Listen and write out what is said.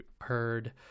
heard